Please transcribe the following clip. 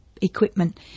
equipment